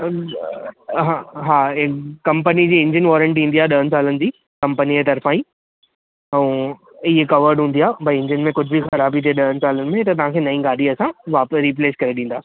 हा हा आहे कंपनी जी इंजन वारंटी ईंदी आहे ॾहनि सालुनि जी कंपनीअ जे तरफां ई ऐं इहे कवर्ड हूंदी आहे ॿई इंजन में कुझु बि ख़राबी हुजे ॾहनि सालनि में त तव्हां खे नई गाॾी असां वापसि रिप्लेस करे ॾींदा